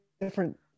different